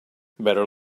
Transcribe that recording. better